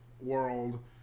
world